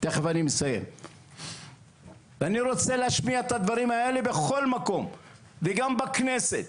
אני רוצה להשמיע את הדברים האלה בכל המקום וגם בכנסת,